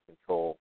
control